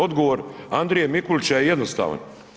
Odgovor Andrije Mikulića je jednostavan.